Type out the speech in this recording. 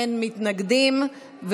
אין מתנגדים,